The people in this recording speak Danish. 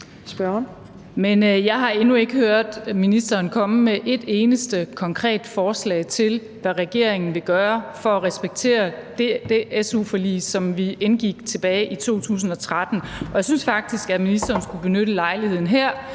jeg har endnu ikke hørt ministeren komme med et eneste konkret forslag til, hvad regeringen vil gøre for at respektere det su-forlig, som vi indgik tilbage i 2013. Og jeg synes faktisk, at ministeren skulle benytte lejligheden her